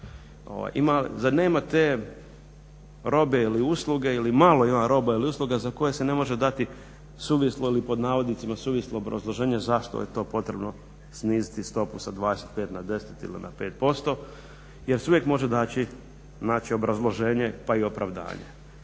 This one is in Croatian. zar nema te robe ili usluge ili malo ima roba i usluga za koje se ne može dati suvislo ili pod navodnicima suvislo obrazloženje zašto je to potrebno sniziti stopu sa 25 na 10 ili na 5%, jer se uvijek može naći obrazloženje, pa i opravdanje.